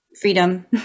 freedom